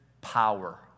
power